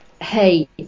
hey